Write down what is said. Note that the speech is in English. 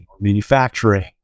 manufacturing